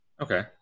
Okay